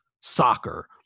soccer